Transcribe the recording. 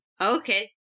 okay